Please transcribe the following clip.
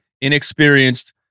inexperienced